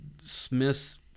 Smiths